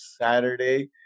Saturday